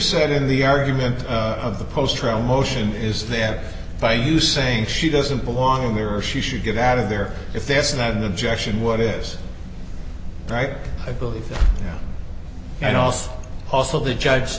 said in the argument of the post trial motion is then by you saying she doesn't belong here or she should get out of there if there's not an objection what is right i believe and also also the judge